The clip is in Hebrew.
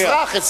אזרח.